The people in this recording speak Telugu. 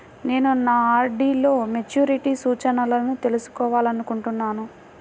నేను నా ఆర్.డీ లో మెచ్యూరిటీ సూచనలను తెలుసుకోవాలనుకుంటున్నాను